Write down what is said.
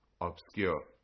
obscure